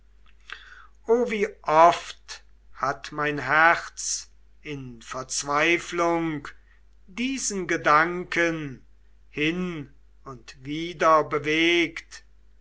o wie oft hat mein herz in verzweifelung diesen gedanken hin und wider bewegt